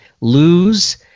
lose